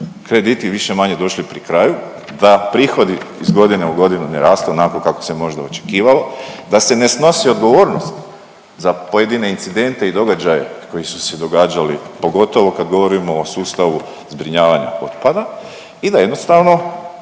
krediti više-manje došli pri kraju, da prihodi iz godine u godinu ne rastu onako kako se možda očekivalo, da se ne snosi odgovornost za pojedine incidente i događaje koji su se događali, pogotovo kad govorimo o sustavu zbrinjavanja otpada i da jednostavno